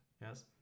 yes